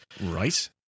Right